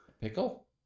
Pickle